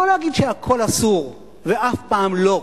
לא להגיד שהכול אסור ואף פעם לא,